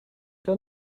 done